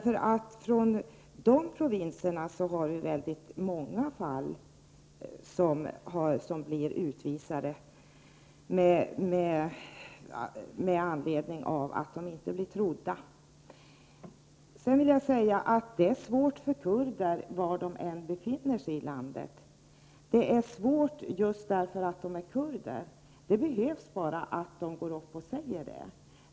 Från de provinserna kommer ju väldigt många människor hit som sedan blir utvisade. De blir inte trodda. Sedan vill jag framhålla att kurder i Turkiet har det svårt var de än befinner sig. De har det svårt just därför att de är kurder. Det behövs bara att de säger detta öppet.